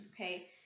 okay